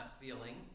feeling